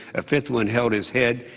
a fifth one held his head,